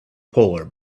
polar